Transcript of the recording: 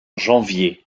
janvier